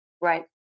Right